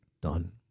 Done